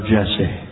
Jesse